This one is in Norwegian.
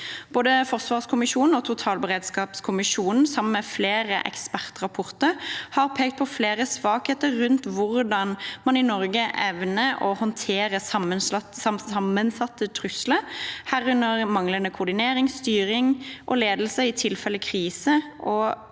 forsvarskommisjonen og totalberedskapskommisjonen – sammen med flere ekspertrapporter – har pekt på flere svakheter rundt hvordan man i Norge evner å håndtere sammensatte trusler, herunder manglende koordinering, styring og ledelse i tilfelle krise,